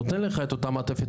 שנותן לך את אותה מעטפת,